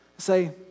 say